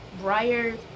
Briar